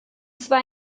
zwar